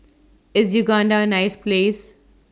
IS Uganda nice Place